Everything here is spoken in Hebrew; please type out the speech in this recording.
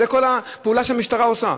זו כל הפעולה שהמשטרה עושה.